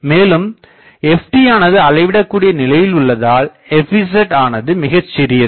மேலும் ftயானது அளவிடகூடிய நிலையில் உள்ளதால் fz ஆனது மிகச் சிறியது